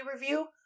Review